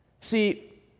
See